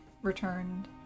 Returned